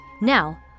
Now